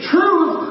Truth